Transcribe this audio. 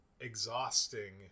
exhausting